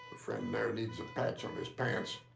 friend there needs a patch on his pants.